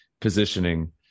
positioning